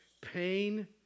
pain